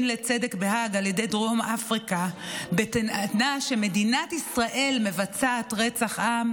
לצדק בהאג על ידי דרום אפריקה בתואנה שמדינת ישראל מבצעת רצח עם,